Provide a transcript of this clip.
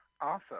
Awesome